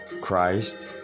Christ